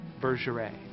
Bergeret